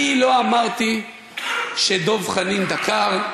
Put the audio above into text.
אני לא אמרתי שדב חנין דקר,